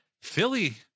philly